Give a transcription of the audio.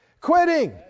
quitting